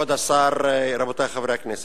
כבוד השר, רבותי חברי הכנסת,